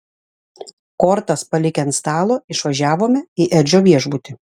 kortas palikę ant stalo išvažiavome į edžio viešbutį